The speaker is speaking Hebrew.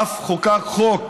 אף חוקק חוק